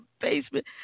basement